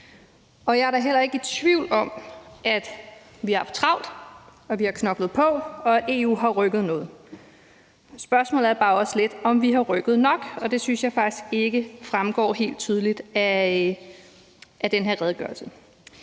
28. Jeg er da heller ikke i tvivl om, at vi har haft travlt, at vi har knoklet på, og at EU har rykket noget. Spørgsmålet er bare også lidt, om vi har rykket nok, og det synes jeg faktisk ikke fremgår helt tydeligt af den her redegørelse.